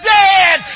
dead